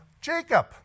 Jacob